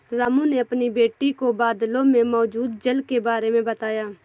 रामू ने अपनी बेटी को बादलों में मौजूद जल के बारे में बताया